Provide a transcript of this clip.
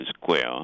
Square